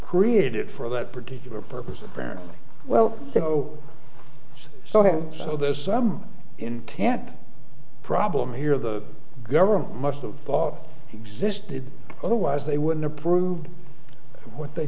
created it for that particular purpose apparently well so him so there's some intent problem here the government must of thought existed otherwise they wouldn't approve of what they